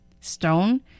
Stone